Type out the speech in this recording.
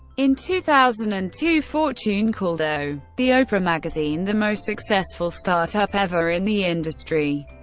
in two thousand and two, fortune called o, the oprah magazine the most successful start-up ever in the industry.